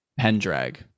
pendrag